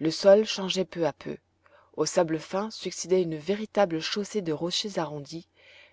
le sol changeait peu à peu au sable fin succédait une véritable chaussée de rochers arrondis